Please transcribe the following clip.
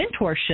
mentorship